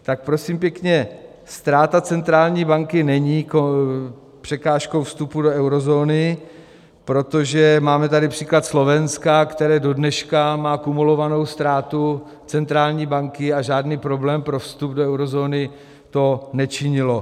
Tak prosím pěkně, ztráta centrální banky není překážkou vstupu do eurozóny, protože máme tady příklad Slovenska, které dodneška má kumulovanou ztrátu centrální banky, a žádný problém pro vstup do eurozóny to nečinilo.